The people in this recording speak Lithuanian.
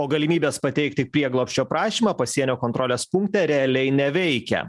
o galimybės pateikti prieglobsčio prašymą pasienio kontrolės punkte realiai neveikia